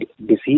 disease